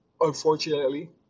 unfortunately